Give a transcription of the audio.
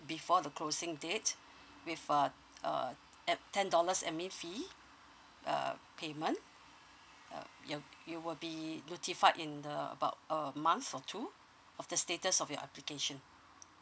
before the closing date with uh uh at ten dollars admin fee uh payment uh you you will be notified in uh about a month or two of the status of your application